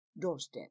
doorstep